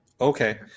okay